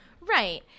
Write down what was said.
Right